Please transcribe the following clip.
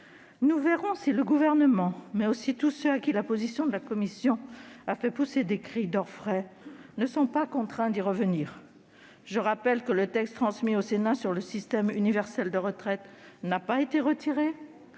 Nous verrons si le Gouvernement mais aussi tous ceux à qui la position de la commission a fait pousser des cris d'orfraie ne sont pas contraints d'y revenir ... Je rappelle que le texte transmis au Sénat sur le système universel de retraite n'a pas été retiré